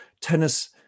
tennis